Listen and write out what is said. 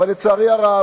אבל לצערי הרב,